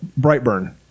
Brightburn